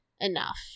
enough